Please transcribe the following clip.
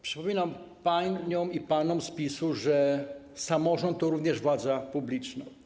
Przypominam paniom i panom z PiS-u, że samorząd to również władza publiczna.